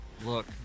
look